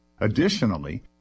Additionally